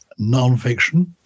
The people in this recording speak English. nonfiction